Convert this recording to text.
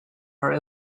are